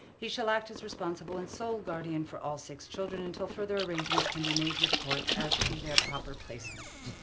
he shall act as responsible and sole guardian for all six children until further arrangements can be made with the courts as to their proper placement.